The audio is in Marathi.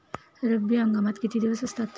रब्बी हंगामात किती दिवस असतात?